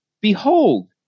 behold